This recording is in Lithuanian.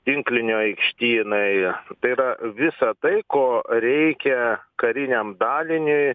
tinklinio aikštynai tai yra visa tai ko reikia kariniam daliniui